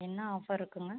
என்ன ஆஃபர் இருக்குதுங்க